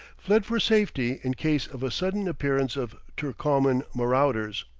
fled for safety in case of a sudden appearance of turcoman marauders.